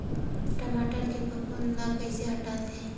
टमाटर के फफूंद ल कइसे हटाथे?